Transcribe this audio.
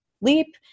leap